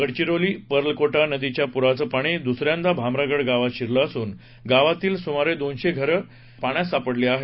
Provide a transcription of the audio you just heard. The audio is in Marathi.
गडचिरोलीत पर्लकोटा नदीच्या पुराचं पाणी दुसऱ्यांदा भामरागड गावात शिरलं असून गावातील सुमारे दोनशे घरं पाण्यात सापडली आहेत